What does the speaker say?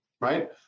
right